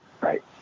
Right